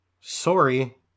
sorry